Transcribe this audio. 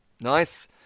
Nice